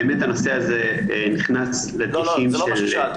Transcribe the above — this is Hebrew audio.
באמת הנושא הזה נכנס לדגשים של --- זה לא מה ששאלתי.